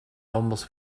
almost